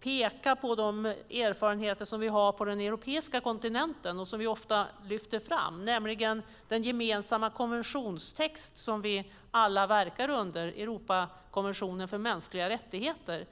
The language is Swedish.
peka på de erfarenheter vi har på den europeiska kontinenten och som vi ofta lyfter fram, nämligen den gemensamma konventionstext som vi alla verkar under, Europakonventionen för mänskliga rättigheter.